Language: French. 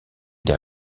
des